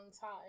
time